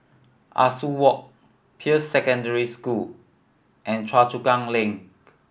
Ah Soo Walk Peirce Secondary School and Choa Chu Kang Link